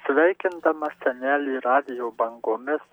sveikindamas senelį radijo bangomis